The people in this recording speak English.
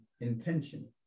intention